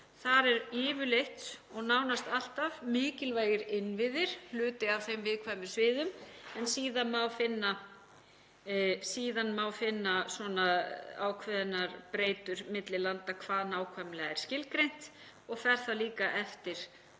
Þar eru yfirleitt og nánast alltaf mikilvægir innviðir hluti af þeim viðkvæmu sviðum en síðan má finna ákveðnar breytur milli landa hvað nákvæmlega er skilgreint og fer það líka eftir